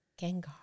Gengar